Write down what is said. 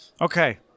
okay